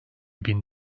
bin